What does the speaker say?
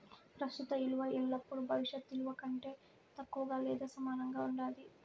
ప్రస్తుత ఇలువ ఎల్లపుడూ భవిష్యత్ ఇలువ కంటే తక్కువగా లేదా సమానంగా ఉండాది